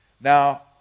Now